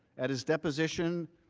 at his deposition,